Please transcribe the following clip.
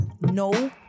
no